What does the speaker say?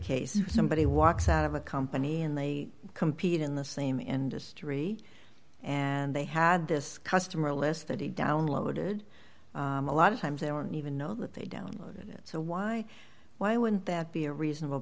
case somebody walks out of a company and they compete in the same industry and they had this customer list that he downloaded a lot of times they won't even know that they don't so why why wouldn't that be a reasonable